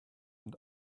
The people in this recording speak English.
and